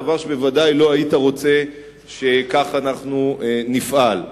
דבר שבוודאי לא היית רוצה שכך אנחנו נפעל.